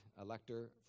Elector